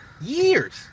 years